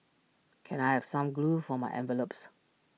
can I have some glue for my envelopes